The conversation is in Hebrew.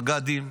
מג"דים,